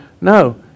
No